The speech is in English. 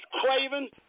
craven